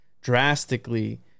drastically